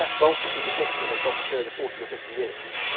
ah multiply depicted across a period of forty or fifty years,